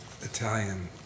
Italian